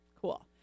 Cool